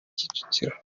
kicukiro